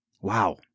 wow